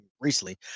recently